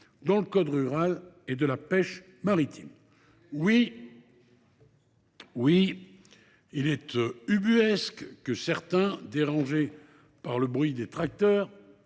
dans le code rural et de la pêche maritime. Il est en effet ubuesque que certains, dérangés par le bruit des tracteurs